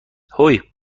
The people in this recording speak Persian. هوووی